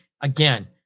again